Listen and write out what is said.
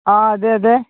ആ അതെ അതെ